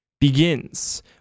begins